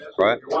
right